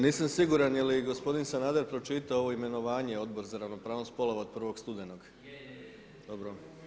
Nisam siguran je li gospodin Sanader pročitao ovo imenovanje Odbor za ravnopravnost spolova od 1. studenog [[Upadica: Je, je.]] Dobro.